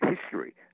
history